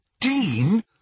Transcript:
Dean